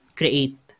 create